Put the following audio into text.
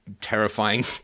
terrifying